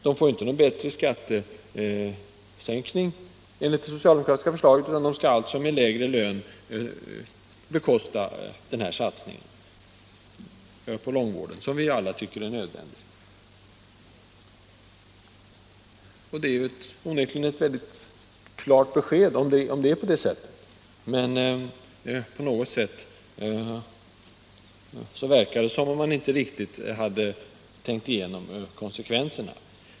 De får inte en större skattesänkning enligt det socialdemokratiska förslaget, utan skall alltså med lägre lön bekosta den här satsningen på långvården, som vi alla tycker är nödvändig. Är det förslagets innebörd, är det onekligen ett intressant besked. Men på något sätt verkar det som om man inte riktigt hade tänkt igenom konsekvenserna.